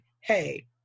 hey